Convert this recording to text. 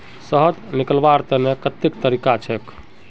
शहद निकलव्वार तने कत्ते तरीका छेक?